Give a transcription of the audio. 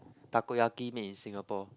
takoyaki made in Singapore